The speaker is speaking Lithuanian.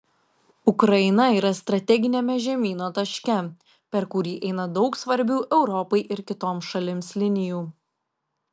ukraina yra strateginiame žemyno taške per kurį eina daug svarbių europai ir kitoms šalims linijų